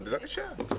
בבקשה.